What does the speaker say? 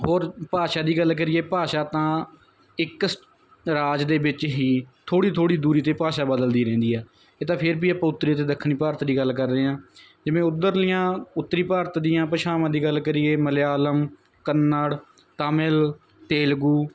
ਹੋਰ ਭਾਸ਼ਾ ਦੀ ਗੱਲ ਕਰੀਏ ਭਾਸ਼ਾ ਤਾਂ ਇੱਕ ਸ ਰਾਜ ਦੇ ਵਿੱਚ ਹੀ ਥੋੜ੍ਹੀ ਥੋੜ੍ਹੀ ਦੂਰੀ 'ਤੇ ਭਾਸ਼ਾ ਬਦਲਦੀ ਰਹਿੰਦੀ ਆ ਇਹ ਤਾਂ ਫੇਰ ਵੀ ਆਪਾਂ ਉੱਤਰੀ ਅਤੇ ਦੱਖਣੀ ਭਾਰਤ ਦੀ ਗੱਲ ਕਰ ਰਹੇ ਹਾਂ ਜਿਵੇਂ ਉੱਧਰਲੀਆਂ ਉੱਤਰੀ ਭਾਰਤ ਦੀਆਂ ਭਾਸ਼ਾਵਾਂ ਦੀ ਗੱਲ ਕਰੀਏ ਮਲਿਆਲਮ ਕੰਨੜ ਤਾਮਿਲ ਤੇਲਗੂ